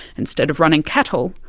instead of running cattle,